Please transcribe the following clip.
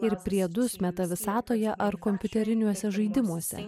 ir priedus metavisatoje ar kompiuteriniuose žaidimuose